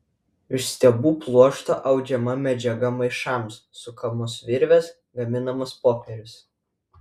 iš stiebų pluošto audžiama medžiaga maišams sukamos virvės gaminamas popierius